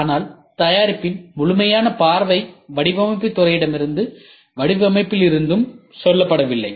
ஆனால் தயாரிப்பின் முழுமையான பார்வை வடிவமைப்புத் துறையிடமிருந்தும் வடிவமைப்பிலிருந்தும் சொல்லப்படவில்லை